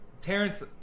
Terrence